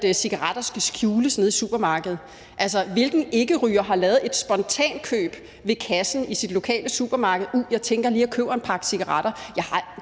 at cigaretter skal skjules nede i supermarkedet: Hvilken ikkeryger har foretaget et spontankøb ved kassen i sit lokale supermarked? Skulle vedkommende så have sagt: Jeg tror